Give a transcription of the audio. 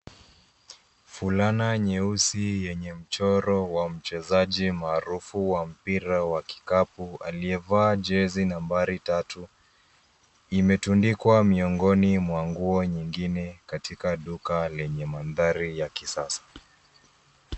Fulana nyeusi yenye mchoro wa mchezaji maarufu wa mpira wa kikapu aliyevaa jezi nambari tatu imetundikwa miongoni mwa nguo nyingine katika duka lenye mandhari ya kisasa.